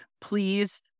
please